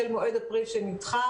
של מועד אפריל שנדחה,